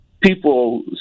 people